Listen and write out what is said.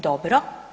Dobro.